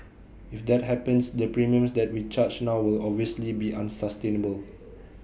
if that happens the premiums that we charge now will obviously be unsustainable